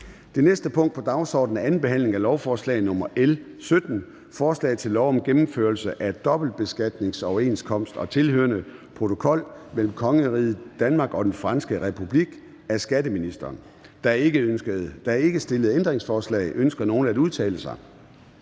Det næste punkt på dagsordenen er: 6) 2. behandling af lovforslag nr. L 17: Forslag til lov om gennemførelse af dobbeltbeskatningsoverenskomst og tilhørende protokol mellem Kongeriget Danmark og Den Franske Republik. Af skatteministeren (Jeppe Bruus). (Fremsættelse